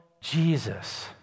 Jesus